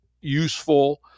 useful